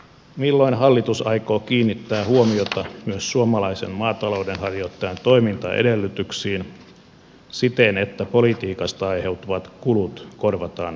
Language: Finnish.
milloin hallitus aikoo kiinnittää huomiota myös suomalaisen maatalouden harjoittajan toimintaedellytyksiin siten että politiikasta aiheutuvat kulut korvataan viljelijöille